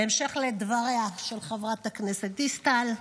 בהמשך לדבריה של חברת הכנסת דיסטל,